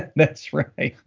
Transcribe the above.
that's right.